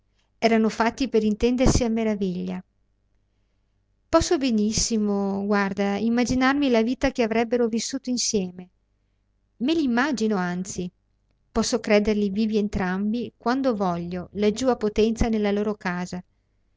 erano fatti per intendersi a meraviglia posso benissimo guarda immaginarmi la vita che avrebbero vissuto insieme me l'immagino anzi posso crederli vivi entrambi quando voglio laggiù a potenza nella loro casa